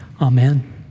Amen